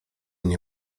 nie